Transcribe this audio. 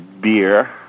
Beer